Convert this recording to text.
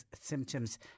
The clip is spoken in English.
symptoms